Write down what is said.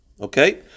Okay